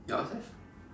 yours eh